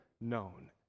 known